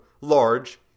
large